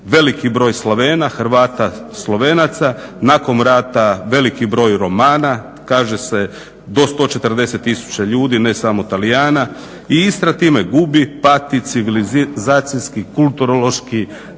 veliki broj Slavena, Hrvata, Slovenaca. Nakon rata veliki broj Romana. Kaže se do 140 tisuća ljudi, ne samo Talijana, i Istra time gubi, pati civilizacijski, kulturološki